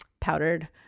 powdered